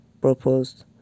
proposed